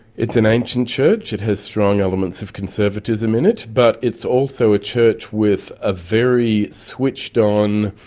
it's an ancient church. it has strong elements of conservatism in it. but it's also a church with a very switched-on,